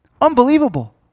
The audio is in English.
Unbelievable